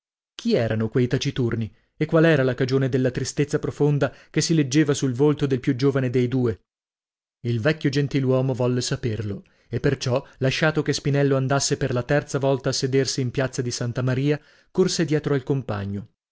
chi erano quei taciturni e quale era la cagione della tristezza profonda che si leggeva sul volto del più giovane dei due il vecchio gentiluomo volle saperlo e perciò lasciato che spinello andasse per la terza volta a sedersi in piazza di santa maria corse dietro al compagno